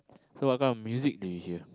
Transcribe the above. so what kind of music do you hear